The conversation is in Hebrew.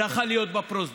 זה יכול היה להיות בפרוזדור